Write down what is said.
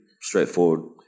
straightforward